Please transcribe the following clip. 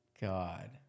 God